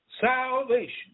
salvation